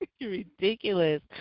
ridiculous